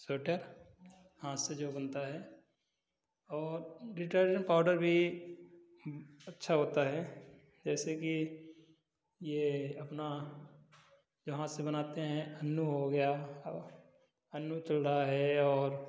sweater हाथ से जो बनता है और डेटर्जेंट पाउडर भी अच्छा होता है जैसे कि ये अपना जहाँ से बनाते हैं अन्नू हो गया अन्नू चूलहा और